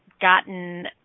gotten